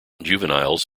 juveniles